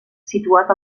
situat